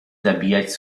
zabijać